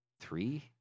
Three